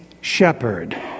shepherd